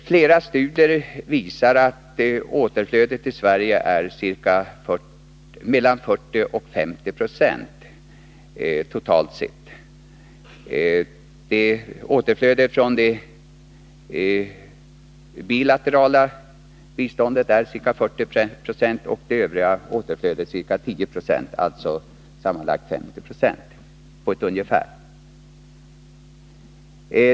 Flera studier visar att återflödet till Sverige från det bilaterala biståndet totalt sett uppgår till 40-50 926. Det övriga återflödet är ca 10 76, vilket sammanlagt, på ett ungefär, gör 50 96.